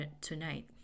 tonight